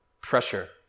pressure